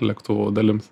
lėktuvo dalims